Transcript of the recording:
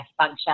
acupuncture